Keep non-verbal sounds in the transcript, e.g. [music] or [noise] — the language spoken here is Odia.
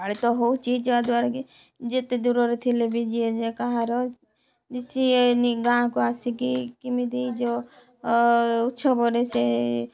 ପାଳିତ ହଉଛି ଯାହାଦ୍ୱାରା କି ଯେତେ ଦୂରରେ ଥିଲେ ବି ଯିଏ କାହାର [unintelligible] ଗାଁକୁ ଆସିକି କେମିତି ଯୋ ଉତ୍ସବରେ ସେ